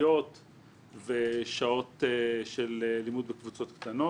פרטניות ושעות של לימוד בקבוצות קטנות.